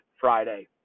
Friday